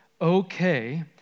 okay